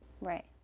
Right